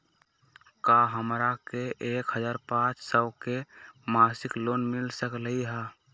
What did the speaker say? का हमरा के एक हजार पाँच सौ के मासिक लोन मिल सकलई ह?